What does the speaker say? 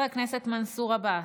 חבר הכנסת מנסור עבאס,